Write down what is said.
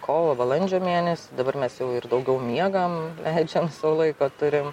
kovo balandžio mėnesį dabar mes jau ir daugiau miegam leidžiam sau laiko turim